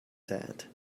that